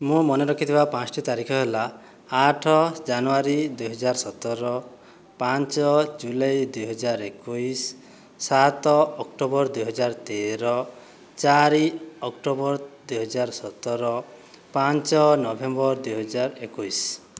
ମୁଁ ମନେ ରଖିଥିବା ପାଞ୍ଚଟି ତାରିଖ ହେଲା ଆଠ ଜାନୁଆରୀ ଦୁଇହଜାର ସତର ପାଞ୍ଚ ଜୁଲାଇ ଦୁଇହଜାର ଏକୋଇଶ ସାତ ଅକ୍ଟୋବର ଦୁଇହଜାର ତେର ଚାରି ଅକ୍ଟୋବର ଦୁଇ ହଜାର ସତର ପାଞ୍ଚ ନଭେମ୍ବର ଦୁଇ ହଜାର ଏକୋଇଶ